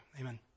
Amen